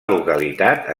localitat